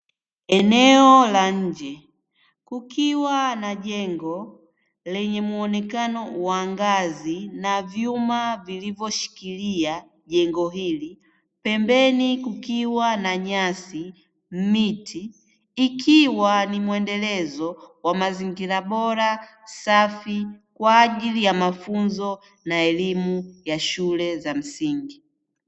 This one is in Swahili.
Eneo la nje kukiwa na jengo lenye muonekano wa ngazi, na vyuma vilivyoshikilia jengo hili, pembeni kukiwa na nyasi, miti, ikiwa ni mwendelezo wa mazingira bora safi kwa ajili ya mafunzo na elimu ya shule za msingi.